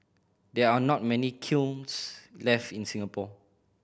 there are not many kilns left in Singapore